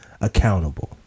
accountable